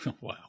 wow